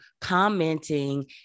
commenting